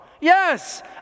Yes